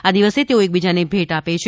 આ દિવસે તેઓ એકબીજાને ભેટ આપે છે